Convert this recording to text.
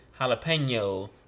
Jalapeno